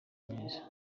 neza